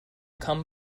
come